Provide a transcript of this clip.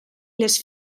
les